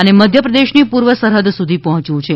અને મધ્યપ્રદેશની પૂર્વ સરહદ સુધી પહોંચ્યું છે